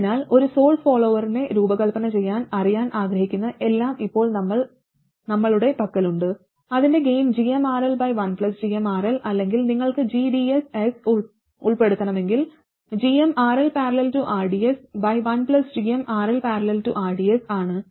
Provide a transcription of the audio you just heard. അതിനാൽ ഒരു സോഴ്സ് ഫോളോവറെ രൂപകൽപ്പന ചെയ്യാൻ അറിയാൻ ആഗ്രഹിക്കുന്ന എല്ലാം ഇപ്പോൾ നമ്മളുടെ പക്കലുണ്ട് അതിന്റെ ഗൈൻ gmRL1gmRL അല്ലെങ്കിൽ നിങ്ങൾക്ക് gdss ഉൾപ്പെടുത്തണമെങ്കിൽgmRL||rds1gmRL||rdsആണ്